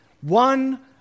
One